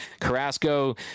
Carrasco